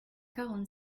quarante